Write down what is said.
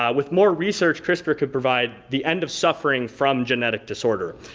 ah with more research crispr could provide the end of suffering from genetic disorder.